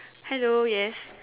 hello yes